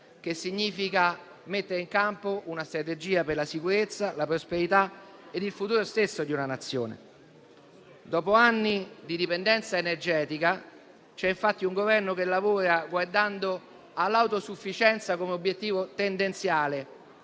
che ha messo in campo una strategia energetica per la sicurezza, la prosperità e il futuro stesso della Nazione. Dopo anni di dipendenza energetica, c'è un Governo che lavora guardando all'autosufficienza come obiettivo tendenziale,